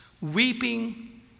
weeping